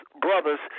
brothers